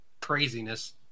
craziness